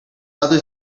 other